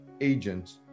agents